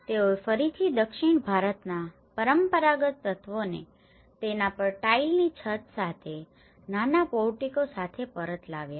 તેઓએ ફરીથી દક્ષિણ ભારતના પરંપરાગત તત્વોને તેના પર ટાઇલની છત સાથે અને નાના પોર્ટીકો સાથે પરત લાવ્યા